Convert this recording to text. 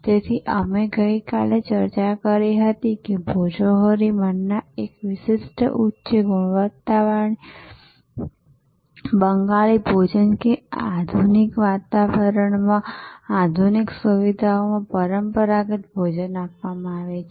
તેથી અમે ગઈકાલે પણ ચર્ચા કરી હતી કે ભોજોહોરી મન્ના એક વિશિષ્ટ ઉચ્ચ ગુણવત્તાની બંગાળી ભોજન જે આધુનિક વાતાવરણમાં આધુનિક સુવિધાઓમાં પરંપરાગત ભોજન આપવામાં આવે છે